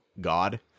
god